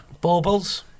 Baubles